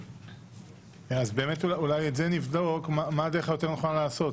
אז אולי נבדוק מה הדרך היותר נכונה לעשות.